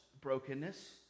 brokenness